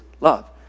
love